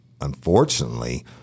Unfortunately